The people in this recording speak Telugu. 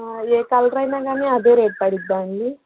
ఏ కలర్ అయినా కానీ అదే రేట్ పడిద్దా అండీ